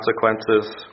consequences